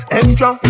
extra